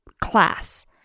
class